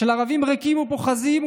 של ערבים ריקים ופוחזים,